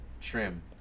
trim